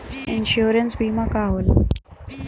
Insurance बीमा का होला?